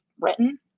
written